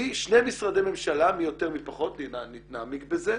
כי שני משרדי ממשלה, מי יותר, מי פחות, נעמיק בזה,